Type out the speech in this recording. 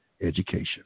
Education